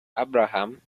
abraham